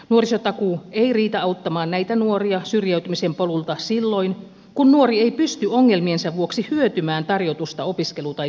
nuorisotakuu ei riitä auttamaan näitä nuoria syrjäytymisen polulta silloin kun nuori ei pysty ongelmiensa vuoksi hyötymään tarjotusta opiskelu tai työpaikasta